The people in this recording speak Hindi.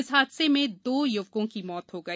इस हादसे में दो य्वकों की मौत हो गई